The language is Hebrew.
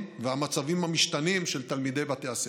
ולמצבים המשתנים של תלמידי בתי הספר.